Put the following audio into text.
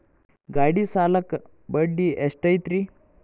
ಗಾಡಿ ಸಾಲಕ್ಕ ಬಡ್ಡಿ ಎಷ್ಟೈತ್ರಿ?